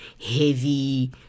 heavy